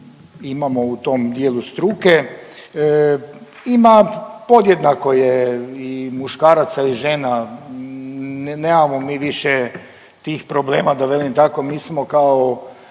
imamo u tom dijelu struke. Ima podjednako je i muškaraca i žena, nemamo mi više tih problema da velim tako, mi smo kao